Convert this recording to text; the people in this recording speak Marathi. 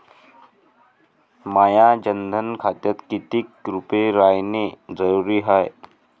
माह्या जनधन खात्यात कितीक रूपे रायने जरुरी हाय?